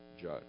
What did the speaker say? judge